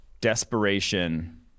desperation